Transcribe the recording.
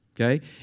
okay